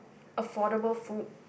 affordable food